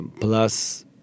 plus